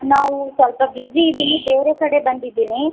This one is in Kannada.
ನಾವು ಸ್ವಲ್ಪ ಬಿಜಿ ಇದ್ದೀನಿ ಬೇರೆ ಕಡೆ ಬಂದಿದ್ದೀನಿ